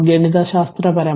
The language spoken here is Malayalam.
ഗണിതശാസ്ത്രപരമായി